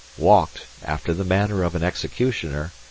walked, after the manner of an executioner,